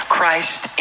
Christ